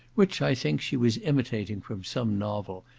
which, i think, she was imitating from some novel,